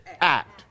act